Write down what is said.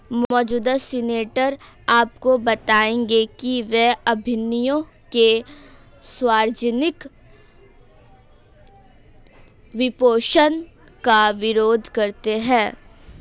मौजूदा सीनेटर आपको बताएंगे कि वे अभियानों के सार्वजनिक वित्तपोषण का विरोध करते हैं